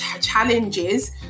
challenges